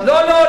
לא,